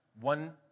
one